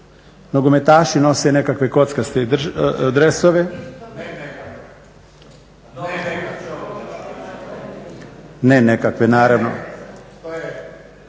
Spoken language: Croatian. Nogometaši nose nekakve kockaste dresove, ne nekakve naravno.